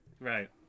Right